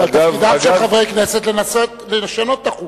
אבל תפקידם של חברי כנסת לנסות לשנות את החוקים.